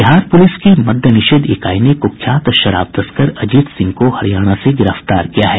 Bihar police की मद्यनिषेध इकाई ने कुख्यात शराब तस्कर अजीत सिंह को हरियाणा से गिरफ्तार किया है